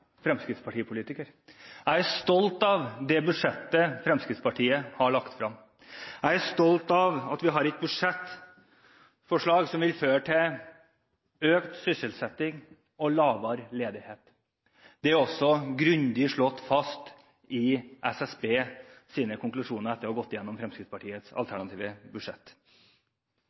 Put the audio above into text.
at vi har et budsjettforslag som vil føre til økt sysselsetting og lavere ledighet. Det er også grundig slått fast i SSBs konklusjoner etter at de har gått igjennom Fremskrittspartiets alternative budsjett.